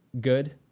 good